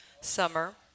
summer